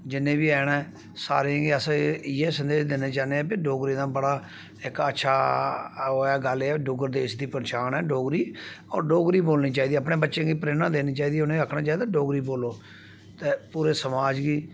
जिन्ने बी ऐ न सारें गी अस इ'यै संदेश देना चाह्न्ने आं कि डोगरी दा बड़ा इक अच्छा ओह् ऐ गल्ल ऐ डुग्गर देश दी पंछान ऐ डोगरी होर डोगरी बोलनी चाहिदी अपने बच्चे गी प्रेरणा देनी चाहिदी उ'नें गी आखना चाहिदा डोगरी बोलो ते पूरे समाज गी